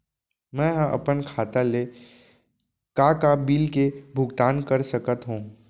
मैं ह अपन खाता ले का का बिल के भुगतान कर सकत हो